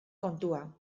kontua